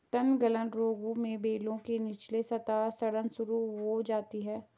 तनगलन रोग में बेलों के निचले सतह पर सड़न शुरू हो जाती है